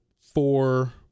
four